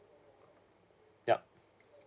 yup